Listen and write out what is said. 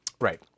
Right